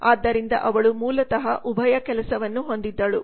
ಆದ್ದರಿಂದ ಅವಳು ಮೂಲತಃ ಉಭಯ ಕೆಲಸವನ್ನು ಹೊಂದಿದ್ದಳು